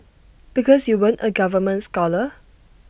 because you weren't A government scholar